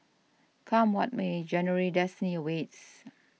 come what may January's destiny awaits